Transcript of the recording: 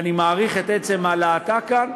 ואני מעריך את עצם העלאתה כאן.